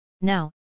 Now